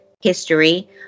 history